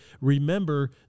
remember